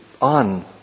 on